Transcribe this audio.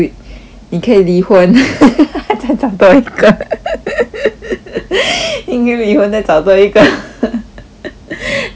你可以离婚 还再找多一个 你可以离婚再找多一个 that's the chance